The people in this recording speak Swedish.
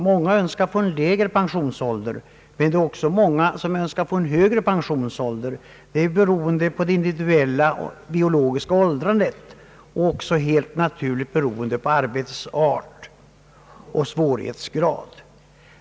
Många önskar en lägre pensionsålder, men det är också många som önskar en högre pensionsålder. Det beror väl på det individuella biologiska åldrandet och helt naturligt också på arbetets art och svårighetsgrad.